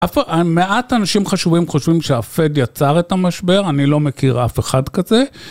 מעט אנשים חשובים חושבים שהפד יצר את המשבר, אני לא מכיר אף אחד כזה.